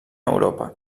europa